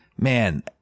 Man